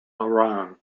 iran